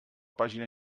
pàgina